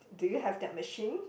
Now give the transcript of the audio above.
do you have that machine